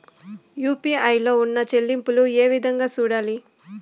UPI లో ఉన్న చెల్లింపులు ఏ విధంగా సూడాలి